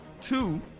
Two